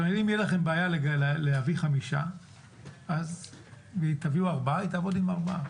אם תהיה לכם בעיה להביא חמישה ותביאו ארבעה היא תעבוד עם ארבעה,